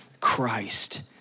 Christ